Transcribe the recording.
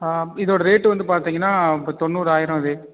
இதோட ரேட்டு வந்து பார்த்தீங்கன்னா இப்போ தொண்ணூறாயிரம் இது